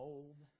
Old